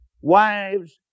wives